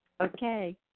Okay